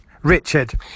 Richard